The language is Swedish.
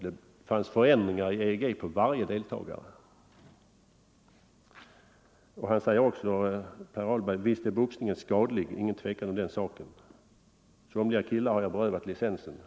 Det fanns förändringar i EEG på varje deltagare.” Per Ahlberg säger vidare: ”Visst är boxningen skadlig, ingen tvekan om den saken. Somliga killar har jag berövat licensen.